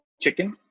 chicken